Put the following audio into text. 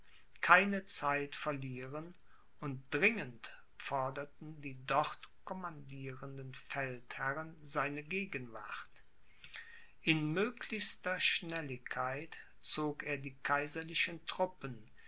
keine zeit verlieren und dringend forderten die dort commandierenden feldherren seine gegenwart in möglichster schnelligkeit zog er die kaiserlichen truppen